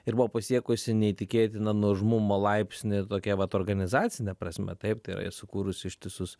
ir buvo pasiekusi neįtikėtiną nuožmumo laipsnį ir tokia vat organizacine prasme taip tai yra ir sukūrusi ištisus